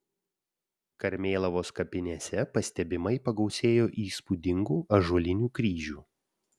karmėlavos kapinėse pastebimai pagausėjo įspūdingų ąžuolinių kryžių